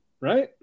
Right